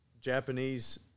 Japanese